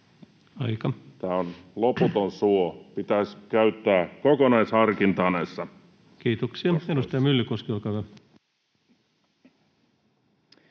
Aika!] Tämä on loputon suo. Pitäisi käyttää kokonaisharkintaa näissä ostoissa. Kiitoksia. — Edustaja Myllykoski, olkaa hyvä.